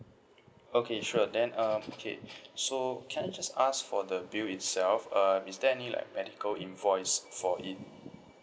okay sure then um okay so can I just ask for the bill itself uh is there any like medical invoice for it